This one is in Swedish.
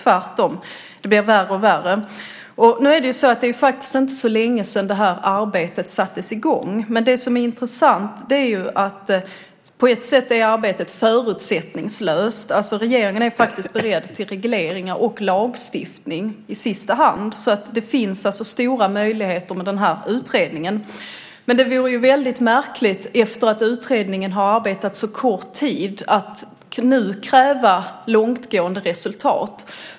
Tvärtom blir det bara värre och värre. Det är inte så länge sedan som det arbetet sattes i gång, och det intressanta är att arbetet på ett sätt är förutsättningslöst. Regeringen är alltså beredd att göra regleringar och i sista hand lagstifta. Därför finns det stora möjligheter för utredningen att arbeta. Men eftersom utredningen arbetat under så kort tid vore det märkligt att nu kräva långtgående resultat.